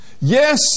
yes